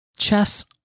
chess